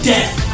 Death